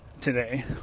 today